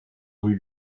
rue